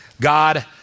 God